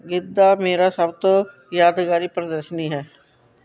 ਗਿੱਧਾ ਮੇਰਾ ਸਭ ਤੋਂ ਯਾਦਗਾਰੀ ਪ੍ਰਦਰਸ਼ਨੀ ਹੈ